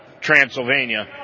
Transylvania